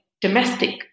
domestic